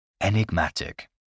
Enigmatic